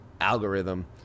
algorithm